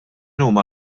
huma